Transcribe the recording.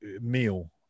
meal